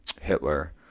Hitler